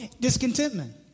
Discontentment